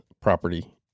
property